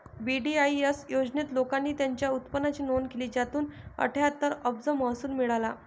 VDIS योजनेत, लोकांनी त्यांच्या उत्पन्नाची नोंद केली, ज्यातून अठ्ठ्याहत्तर अब्ज महसूल मिळाला